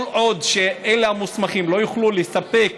כל עוד המוסמכים לא יוכלו לספק